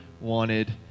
wanted